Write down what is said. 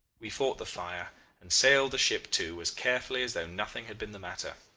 we fought the fire and sailed the ship too as carefully as though nothing had been the matter.